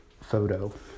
photo